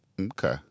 Okay